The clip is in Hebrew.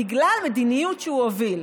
בגלל מדיניות שהוא הוביל.